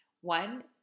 One